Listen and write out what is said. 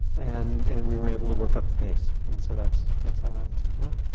and and we were able to work up the case. and so that's that's how that went.